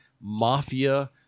mafia